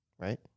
Right